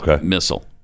missile